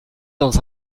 dans